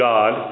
God